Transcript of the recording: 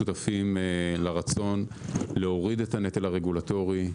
שותפים לרצון להוריד את הנטל הרגולטורי,